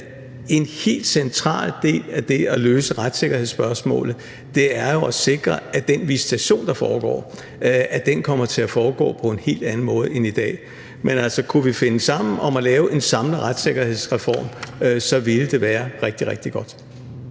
en helt central del af det at løse retssikkerhedsspørgsmålet jo er at sikre, at den visitation, der foregår, kommer til at foregå på en helt anden måde end i dag. Men kunne vi finde sammen om at lave en samlet retssikkerhedsreform, så ville det være rigtig, rigtig godt.